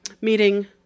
meeting